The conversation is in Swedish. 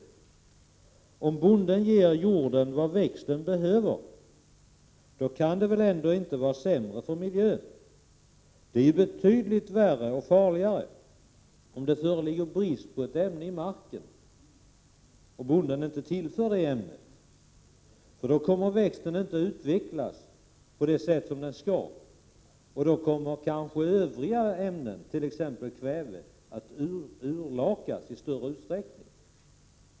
Att bonden ger jorden vad växten behöver kan väl ändå inte vara sämre för miljön? Det är ju betydligt värre och farligare om det i marken föreligger en brist på ett ämne. Om bonden då inte tillför detta ämne, kommer växten nämligen inte att utvecklas på det sätt som den skall göra, varför vissa ämnen, t.ex. kväve, kanske kommer att urlakas i ännu större utsträckning.